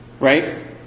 Right